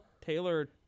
Taylor